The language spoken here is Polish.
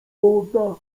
woda